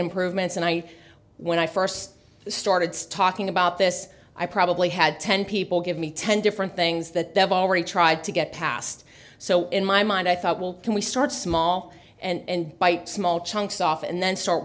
improvements and i when i first started stalking about this i probably had ten people give me ten different things that they've already tried to get past so in my mind i thought well can we start small and bite small chunks off and then start